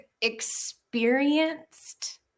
experienced